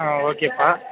ஆ ஓகேப்பா